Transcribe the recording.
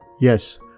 Yes